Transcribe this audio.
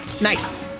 Nice